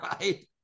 right